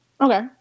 okay